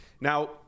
Now